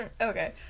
okay